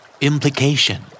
Implication